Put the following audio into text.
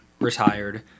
retired